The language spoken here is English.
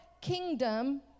kingdom